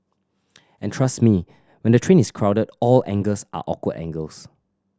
and trust me when the train is crowded all angles are awkward angles